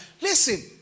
listen